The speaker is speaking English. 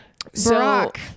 Barack